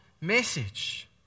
message